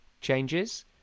changes